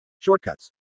Shortcuts